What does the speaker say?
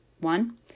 One